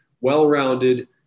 well-rounded